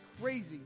crazy